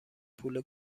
پول